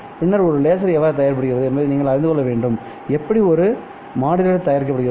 பின்னர் ஒரு லேசர் எவ்வாறு தயாரிக்கப்படுகிறது என்பதை நீங்கள் அறிந்து கொள்ள வேண்டும் எப்படி ஒரு மாடுலேட்டர் தயாரிக்கப்படுகிறது